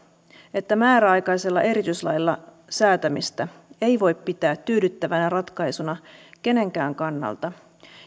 että määräaikaisella erityislailla säätämistä ei voi pitää tyydyttävänä ratkaisuna kenenkään kannalta